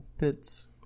bits